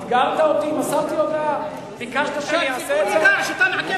תקדם איזה משט שאתה רוצה, לאן שאתה רוצה,